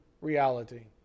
reality